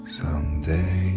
someday